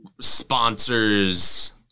sponsors